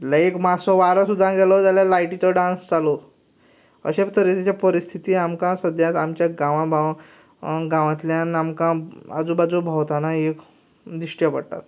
म्हणल्यार एक मातसो वारो सुद्दां गेलो जाल्यार लायटीचो डांस चालू अशेंच तरेचे परिस्थिती आमकां सद्याक आमच्या गांवा भावांक गांवांतल्यान आमकां आजू बाजू भोंवतना एक दिश्टी पडटात